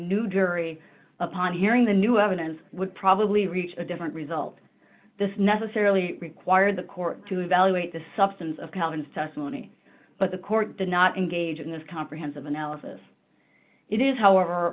dury upon hearing the new evidence would probably reach a different result this necessarily required the court to evaluate the substance of calvin's testimony but the court did not engage in this comprehensive analysis it is however